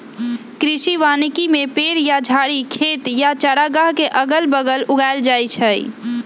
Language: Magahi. कृषि वानिकी में पेड़ या झाड़ी खेत या चारागाह के अगल बगल उगाएल जाई छई